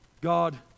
God